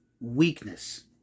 weakness